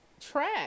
track